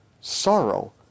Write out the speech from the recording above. sorrow